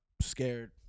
scared